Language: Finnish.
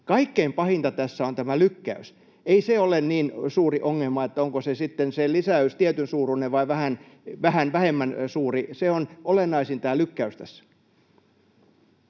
Kaikkein pahinta tässä on tämä lykkäys. Ei se ole niin suuri ongelma, onko se lisäys tietyn suuruinen vai vähän vähemmän suuri. Tämä lykkäys tässä